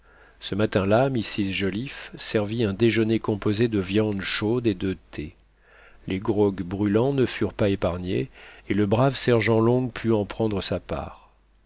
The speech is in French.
ce matin-là mrs joliffe servit un déjeuner composé de viandes chaudes et de thé les grogs brûlants ne furent pas épargnés et le brave sergent long put en prendre sa part